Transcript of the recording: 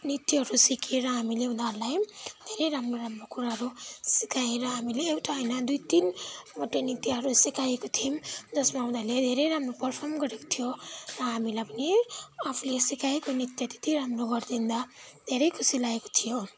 नृत्यहरू सिकेर हामीले उनीहरूलाई धेरै राम्रो राम्रो कुराहरू सिकाएर हामीले एउटा होइन दुई तिनवटा नृत्यहरू सिकाएको थियौँ जसमा उनीहरूले धेरै राम्रो पर्फर्म गरेको थियो र हामीलाई पनि आफुले सिकाएको नृत्य त्यति राम्रो गरिदिँदा धेरै खुसी लागेको थियो